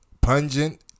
pungent